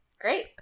Great